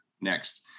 next